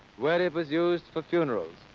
where it was used for funerals.